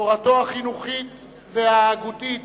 תורתו החינוכית וההגותית